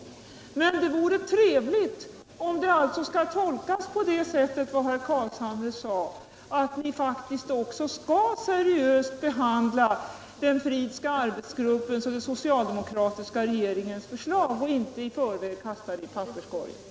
På den här punkten efterlyste jag besked redan i mitt första inlägg, och det vore bra om vad som skrivits skall tolkas så som herr Carlshamre sade, nämligen att ni faktiskt kommer att seriöst behandla också den Fridhska arbetsgruppens och den socialdemokratiska regeringens förslag och inte i förväg kasta dem i papperskorgen.